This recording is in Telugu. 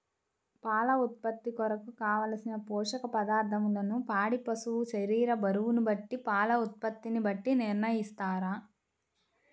పాల ఉత్పత్తి కొరకు, కావలసిన పోషక పదార్ధములను పాడి పశువు శరీర బరువును బట్టి పాల ఉత్పత్తిని బట్టి నిర్ణయిస్తారా?